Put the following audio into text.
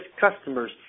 customers